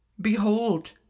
Behold